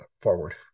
forward